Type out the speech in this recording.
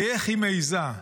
כי איך היא מעיזה,